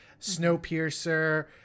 Snowpiercer